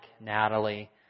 Natalie